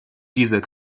dieser